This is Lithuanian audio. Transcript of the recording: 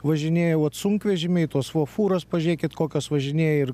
važinėja vat sunkvežimiai tos va fūros pažiūrėkit kokios važinėja ir